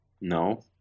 No